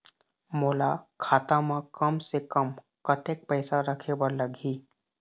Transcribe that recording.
मोला खाता म कम से कम कतेक पैसा रखे बर लगही?